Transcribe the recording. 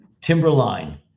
Timberline